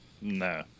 No